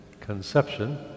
conception